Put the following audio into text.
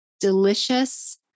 delicious